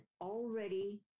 already